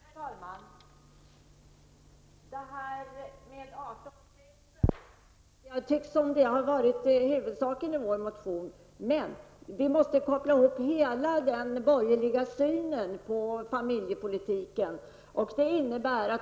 Herr talman! Det verkar på Anita Persson som om dessa 18 000 var huvudsaken i vår motion. Man måste emellertid ställa dessa pengar i relation till hela den borgerliga synen på familjepolitiken.